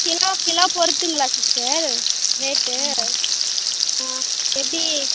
kilo kilo பொறுத்துங்களா sister rate ஆ எப்படி